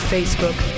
Facebook